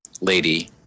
Lady